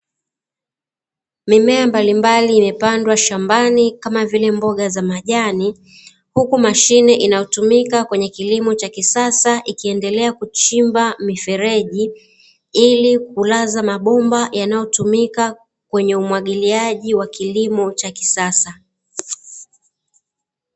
Mimea mbalimbali imepandwa shambani kama vile mboga za majani, huku mashine inayotumika kwenye kilimo cha kisasa ikiendelea kuchimba mifereji, ili kulaza mabomba yanayotumika kwenye umwagiliaji wa kilimo cha kisasa.